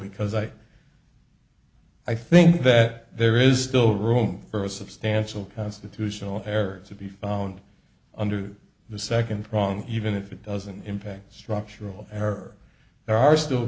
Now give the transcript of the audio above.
because i i think that there is still room for a substantial constitutional errors to be found under the second prong even if it doesn't impact the structural or there are still